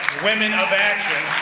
women of action.